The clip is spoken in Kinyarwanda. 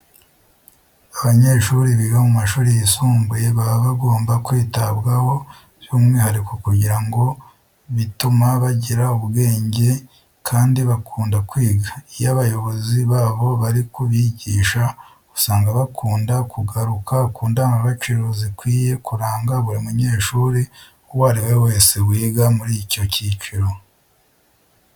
Abanyeshuri biga mu mashuri yisumbuye baba bagomba kwitabwaho by'umwihariko kugira ngo bituma bagira ubwenge kandi bakunde kwiga. Iyo abayobozi babo bari kubigisha usanga bakunda kugaruka ku ndangagaciro zikwiye kuranga buri munyeshuri uwo ari we wese wiga muri iki cyiciro.